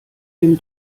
den